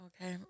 Okay